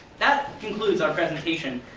that concludes our presentation.